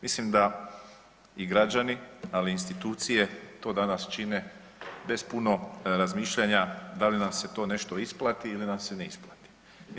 Mislim da i građani, ali i institucije to danas čine bez puno razmišljanja da li nam se to nešto isplati ili nam se ne isplatiti.